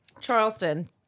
Charleston